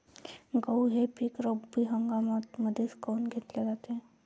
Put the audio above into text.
गहू हे पिक रब्बी हंगामामंदीच काऊन घेतले जाते?